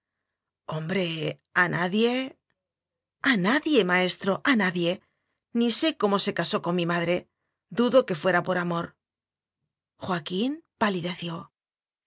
re a nadie hombre a nadie a nadie maestro a nadie ni sé cómo se casó con mi madre dudo que fuera por amor joaquín palideció